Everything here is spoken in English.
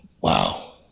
wow